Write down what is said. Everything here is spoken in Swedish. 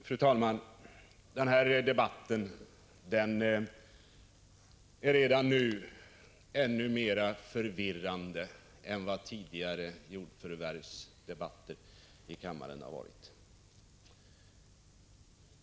Fru talman! Den här debatten är redan nu ännu mera förvirrande än vad tidigare jordförvärvsdebatter i kammaren har varit.